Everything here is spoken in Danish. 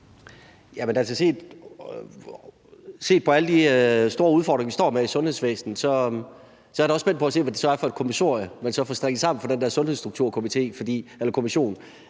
til alle de store udfordringer, vi står med i sundhedsvæsenet, er jeg da også spændt på at se, hvad det er for et kommissorium, man så får strikket sammen for den der sundhedsstrukturkommission.